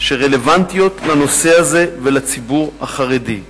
שרלוונטיות לנושא הזה ולציבור החרדי.